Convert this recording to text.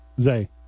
Zay